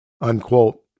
Unquote